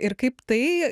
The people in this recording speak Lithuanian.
ir kaip tai